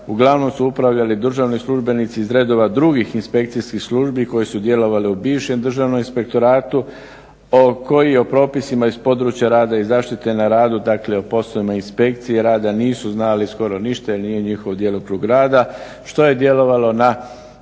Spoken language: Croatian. uglavnom su upravljali državni službenici iz redova drugih inspekcijskih službi koje su djelovale u bivšem Državnom inspektoratu koji o propisima iz područja rada i zaštite na radu, dakle o poslovima inspekcije rada nisu znali skoro ništa jer nije njihov djelokrug rada što je djelovalo na